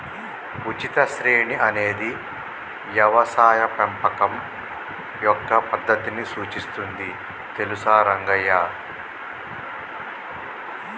ఉచిత శ్రేణి అనేది యవసాయ పెంపకం యొక్క పద్దతిని సూచిస్తుంది తెలుసా రంగయ్య